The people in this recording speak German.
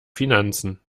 finanzen